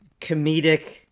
comedic